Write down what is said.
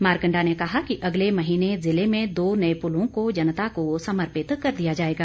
मारकंडा ने कहा कि अगले महीने जिले में दो नए पुलों को जनता को समर्पित कर दिया जाएगा